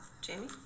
Jamie